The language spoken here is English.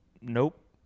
Nope